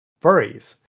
furries